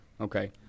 Okay